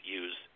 use